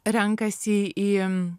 renkasi į